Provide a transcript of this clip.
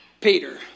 Peter